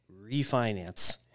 Refinance